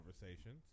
conversations